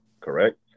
Correct